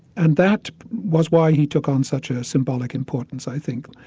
and that was why he took on such a symbolic importance i think.